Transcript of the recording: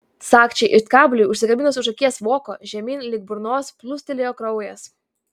sagčiai it kabliui užsikabinus už akies voko žemyn link burnos plūstelėjo kraujas